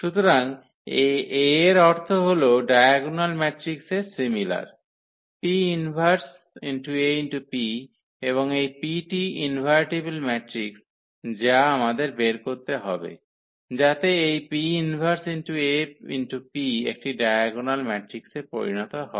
সুতরাং এই A এর অর্থ হল ডায়াগোনাল ম্যাট্রিক্স এর সিমিলার P−1𝐴𝑃 এবং এই P টি ইনভার্টিবল ম্যাট্রিক্স যা আমাদের বের করতে হবে যাতে এই P−1𝐴𝑃 একটি ডায়াগোনাল ম্যাট্রিক্সে পরিণত হয়